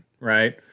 right